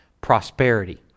prosperity